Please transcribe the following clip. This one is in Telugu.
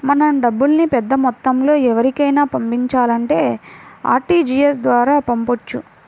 మనం డబ్బుల్ని పెద్దమొత్తంలో ఎవరికైనా పంపించాలంటే ఆర్టీజీయస్ ద్వారా పంపొచ్చు